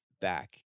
back